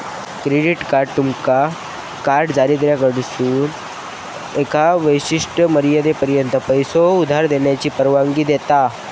credit card तुमका card जारीकर्त्याकडसून एका विशिष्ट मर्यादेपर्यंत पैसो उधार घेऊची परवानगी देता